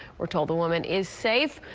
we're told the woman is safe.